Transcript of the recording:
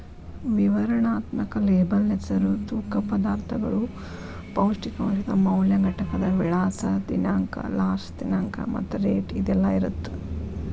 ವಿವರಣಾತ್ಮಕ ಲೇಬಲ್ ಹೆಸರು ತೂಕ ಪದಾರ್ಥಗಳು ಪೌಷ್ಟಿಕಾಂಶದ ಮೌಲ್ಯ ಘಟಕದ ವಿಳಾಸ ದಿನಾಂಕ ಲಾಸ್ಟ ದಿನಾಂಕ ಮತ್ತ ರೇಟ್ ಇದೆಲ್ಲಾ ಇರತ್ತ